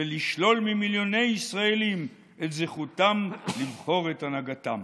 ולשלול ממיליוני ישראלים את זכותם לבחור את הנהגתם.